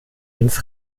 ins